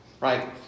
Right